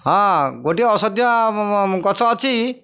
ହଁ ଗୋଟିଏ ଔଷଧ୍ୟ ଗଛ ଅଛି